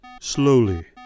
Slowly